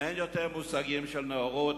אין יותר מושגים של נאורות,